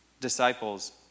disciples